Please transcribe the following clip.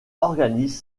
organise